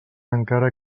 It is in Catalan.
encara